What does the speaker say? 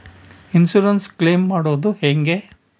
Insurance claim ಮಾಡದು ಹೆಂಗೆ?